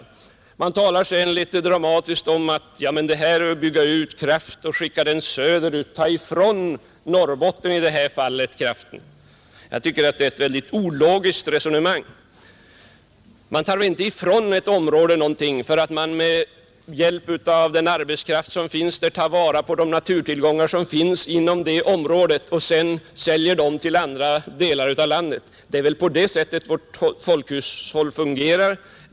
Sedan sägs det något dramatiskt att ”ja men detta att bygga ut kraft och skicka den söderut tar i alla fall kraften ifrån Norrbotten”. Det är ett ologiskt resonemang. Man tar inte ifrån ett område något då man med hjälp av den arbetskraft som finns där tar vara på de naturtillgångar som finns i området och sedan säljer dem till andra delar av landet. Det är på det sättet vårt folkhushåll fungerar.